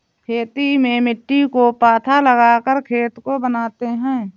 खेती में मिट्टी को पाथा लगाकर खेत को बनाते हैं?